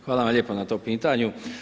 Hvala vam lijepa na tom pitanju.